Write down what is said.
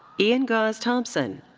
ian gause thompson.